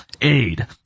aid